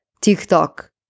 TikTok